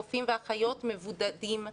רופאים ואחיות מבודדים,